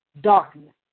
darkness